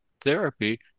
therapy